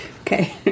Okay